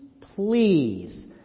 please